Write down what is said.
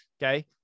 Okay